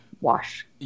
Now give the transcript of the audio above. wash